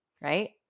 Right